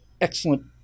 excellent